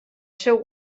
seu